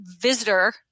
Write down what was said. visitor